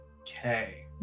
Okay